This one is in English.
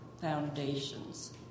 foundations